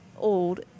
old